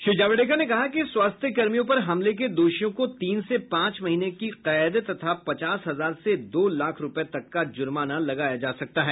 श्री जावडेकर ने कहा कि स्वास्थ्यकर्मियों पर हमले के दोषियों को तीन से पांच महीने की कैद तथा पचास हजार से दो लाख रुपये तक का जुर्माना लगाया जा सकता है